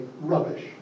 rubbish